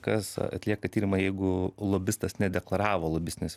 kas atlieka tyrimą jeigu lobistas nedeklaravo lobistinės